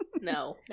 no